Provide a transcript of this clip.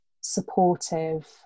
supportive